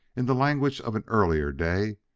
in the language of an earlier day,